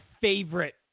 favorite